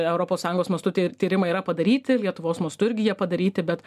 europos sąjungos mastu tie tyrimai yra padaryti lietuvos mastu irgi jie padaryti bet